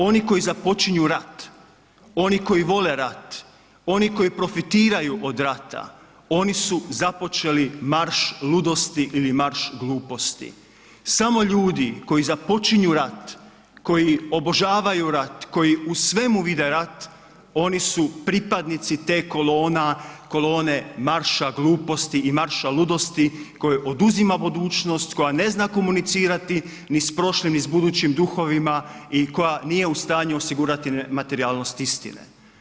Oni koji započinju rat, oni koji vole rat, oni koji profitiraju od rata, oni su započeli marš ludosti ili marš gluposti, samo ljudi koji započinju rat, koji obožavaju rat, koji u svemu vide rat, oni su pripadnici te kolone marša gluposti i marša ludosti, koji oduzima budućnost, koja ne zna komunicirati ni s prošlim, ni s budućim duhovima i koja nije u stanju osigurati nematerijalnost istine.